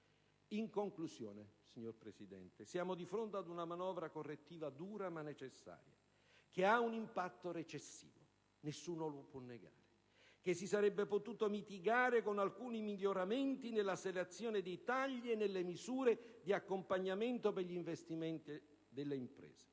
In conclusione, siamo di fronte a una manovra correttiva dura, ma necessaria, che ha un impatto recessivo, che si sarebbe potuto mitigare con alcuni miglioramenti nella selezione dei tagli e nelle misure di accompagnamento per gli investimenti delle imprese.